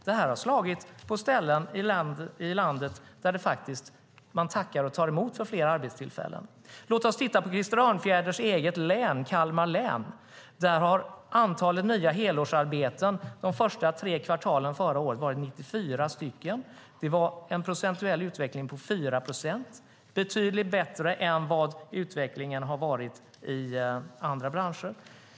Detta har slagit på ställen i landet där man tackar och tar emot för fler arbetstillfällen. Låt oss titta på Krister Örnfjäders eget län - Kalmar län. Där har antalet nya helårsarbeten de första tre kvartalen förra året varit 94 stycken. Det var en utveckling på 4 procent - betydligt bättre än vad utvecklingen har varit i andra branscher.